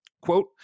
Quote